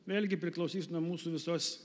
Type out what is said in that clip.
vėlgi priklausys nuo mūsų visos